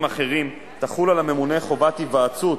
אחרים תחול על הממונה חובת היוועצות